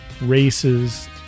races